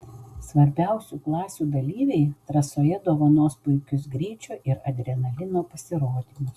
svarbiausių klasių dalyviai trasoje dovanos puikius greičio ir adrenalino pasirodymus